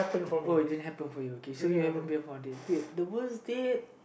uh it didn't happen for you okay so you haven't been on a date wait the worst date